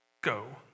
Go